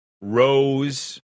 Rose